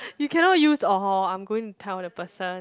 you cannot use orh hor I'm going to tell the person